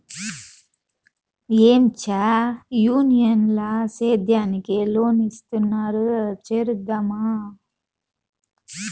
ఏంచా యూనియన్ ల సేద్యానికి లోన్ ఇస్తున్నారు చేరుదామా